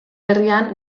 herrian